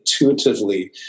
intuitively